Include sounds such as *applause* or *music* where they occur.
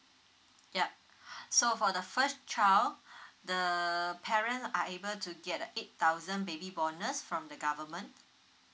yup *breath* so for the first child *breath* the parent are able to get a eight thousand baby bonus from the government